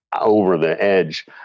over-the-edge